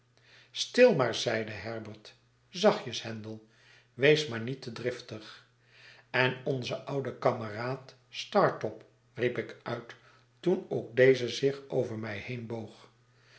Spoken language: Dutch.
stil maar zeide herbert zachtjes handel wees maar niet te driftig en onze oude kameraad startop riep ik uit toen ook deze zich over mij